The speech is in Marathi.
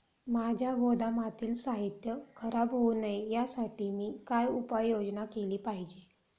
माझ्या गोदामातील साहित्य खराब होऊ नये यासाठी मी काय उपाय योजना केली पाहिजे?